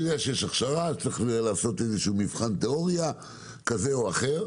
מי יודע שצריך לעשות מבחן תיאוריה כזה או אחר?